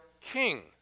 king